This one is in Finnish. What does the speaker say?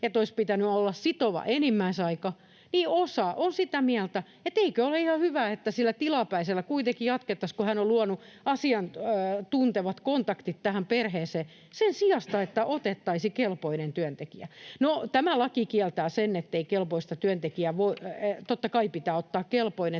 että olisi pitänyt olla sitova enimmäisaika, niin osa on sitä mieltä, että eikö ole ihan hyvä, että sillä tilapäisellä kuitenkin jatkettaisiin, kun hän on luonut asiantuntevat kontaktit tähän perheeseen sen sijasta, että otettaisiin kelpoinen työntekijä. No, sen tämä laki kieltää, totta kai pitää ottaa kelpoinen työntekijä,